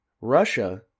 Russia